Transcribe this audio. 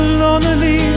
lonely